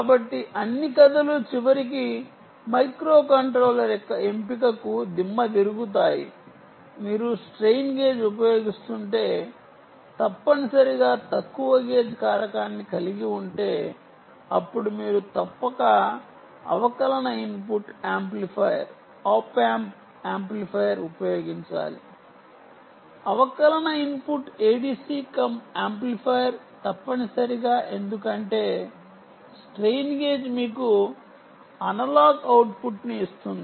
కాబట్టి అన్ని కథలు చివరికి మైక్రోకంట్రోలర్ యొక్క ఎంపికకు దిమ్మతిరుగుతాయి మీరు స్ట్రెయిన్ గేజ్ ఉపయోగిస్తుంటే తప్పనిసరిగా తక్కువ గేజ్ కారకాన్ని కలిగి ఉంటే అప్పుడు మీరు తప్పక అవకలన input amplifier op amp amplifier ఉపయోగించాలి అవకలన ఇన్పుట్ ADC కమ్ యాంప్లిఫైయర్ తప్పనిసరిగా ఎందుకంటే స్ట్రెయిన్ గేజ్ మీకు అనలాగ్ అవుట్పుట్ను ఇస్తుంది